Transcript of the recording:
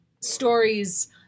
stories